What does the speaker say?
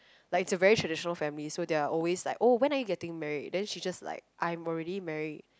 like it's a very traditional family so they are always like oh when are you getting married then she just like I'm already married